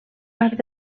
part